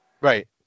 Right